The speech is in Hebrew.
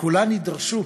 וכולן יידרשו